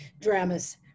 dramas